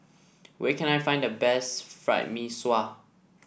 where can I find the best Fried Mee Sua